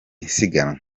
siganwa